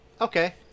Okay